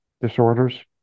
disorders